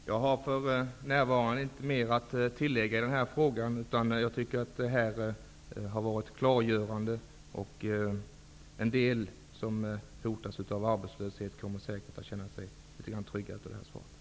Herr talman! Jag har för närvarande inget mer att tillägga i denna fråga. Jag tycker att svaret var klargörande. En del av de som hotas av arbetslöshet kommer säkert att känna sig litet tryggare genom det här svaret.